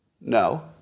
No